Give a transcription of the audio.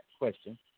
question